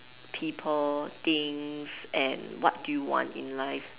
people things and what do you want in life